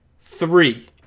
three